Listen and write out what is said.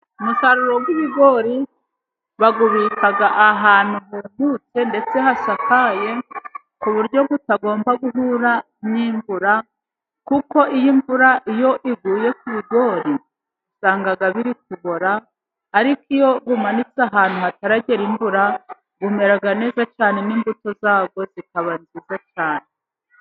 Umusaruro w'ibigori bawubika ahantu huhutse, ndetse hasakaye ku buryo utagomba guhura n'imvura ,kuko iyo imvura iguye ku bigori usanga biri kubora, ariko iyo umanitse ahantu hataragera imvura umera neza cyane n'imbuto zawo zikaba nziza cyane.